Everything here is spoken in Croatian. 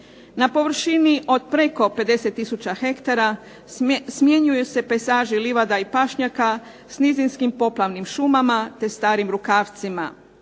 Na površini od preko 50 tisuća hektara smjenjuju se pejzaži livada i pašnjaka s nizinskim šumama te starim rukavcima.